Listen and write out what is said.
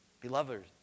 Beloved